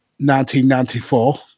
1994